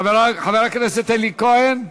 חבר הכנסת אלי כהן,